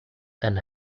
and